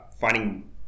finding